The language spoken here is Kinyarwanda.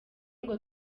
ngo